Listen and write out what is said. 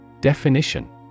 Definition